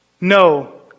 No